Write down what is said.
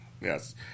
yes